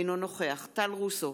אינו נוכח טל רוסו,